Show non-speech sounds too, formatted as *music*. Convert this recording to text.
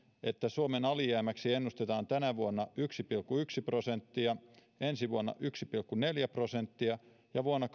että suomen alijäämäksi ennustetaan tänä vuonna yksi pilkku yksi prosenttia ensi vuonna yksi pilkku neljä prosenttia ja vuonna *unintelligible*